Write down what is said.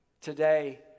Today